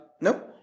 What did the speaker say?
Nope